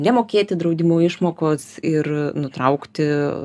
nemokėti draudimo išmokos ir nutraukti